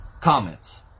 comments